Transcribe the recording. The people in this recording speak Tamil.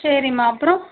சரிம்மா அப்புறம்